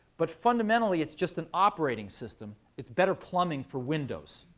but fundamentally it's just an operating system. it's better plumbing for windows.